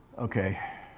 okay.